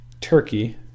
Turkey